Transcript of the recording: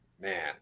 man